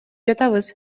жатабыз